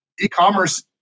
E-commerce